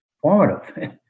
formative